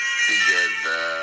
together